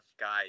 guys